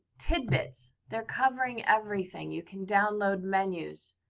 tidbits. they're covering everything. you can download menus.